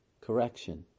Correction